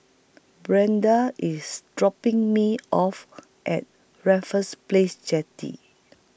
Brenda IS dropping Me off At Raffles Place Jetty